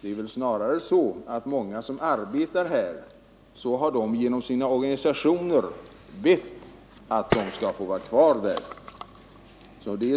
Det är snarare så att många som arbetar i Bromma genom sina organisationer har bett att de skall få vara kvar där.